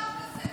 מה קשור בני גנץ?